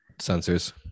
sensors